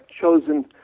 chosen